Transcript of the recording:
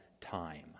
time